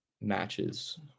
matches